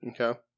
okay